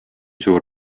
suur